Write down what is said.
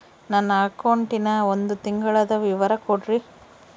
ನನ್ನ ಅಕೌಂಟಿನ ಒಂದು ತಿಂಗಳದ ವಿವರ ಕೊಡ್ರಿ?